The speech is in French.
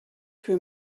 que